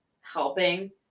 helping